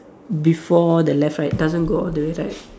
before the left right doesn't go all the way right